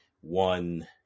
one